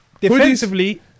Defensively